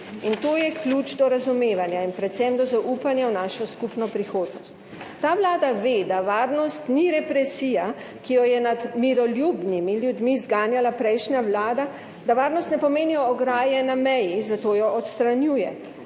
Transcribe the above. in to je ključ do razumevanja in predvsem do zaupanja v našo skupno prihodnost. Ta vlada ve, da varnost ni represija, ki jo je nad miroljubnimi ljudmi zganjala prejšnja vlada, da varnost ne pomenijo ograje na meji, zato jih odstranjuje.